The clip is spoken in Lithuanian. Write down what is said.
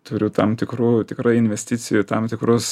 turiu tam tikrųjų tikrai investicijų į tam tikrus